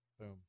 Boom